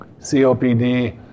COPD